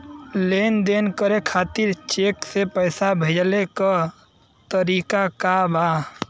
लेन देन करे खातिर चेंक से पैसा भेजेले क तरीकाका बा?